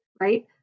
right